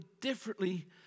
differently